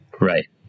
Right